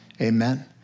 Amen